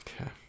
Okay